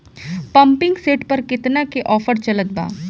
Pumping set पर केतना के ऑफर चलत बा?